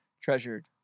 treasured